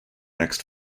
next